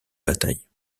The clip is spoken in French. batailles